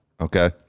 okay